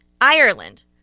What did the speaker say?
Ireland